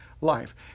life